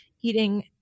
eating